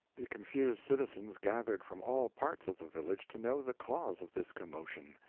the confused citizens gathered from all parts of the village, to know the cause of this commotion.